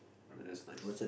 that's nice